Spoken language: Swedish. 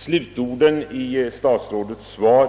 Slutorden i statsrådets svar,